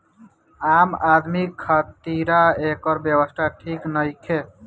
आम आदमी खातिरा एकर व्यवस्था ठीक नईखे